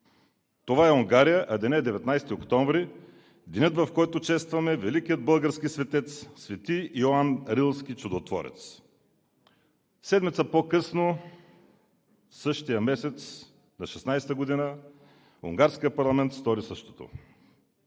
Това е Унгария, а Денят е 19 октомври, в който честваме великия български светец св. Йоан Рилски Чудотворец, а седмица по-късно, същия месец на 2016 г., унгарският парламент стори същото.